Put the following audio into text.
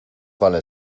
vale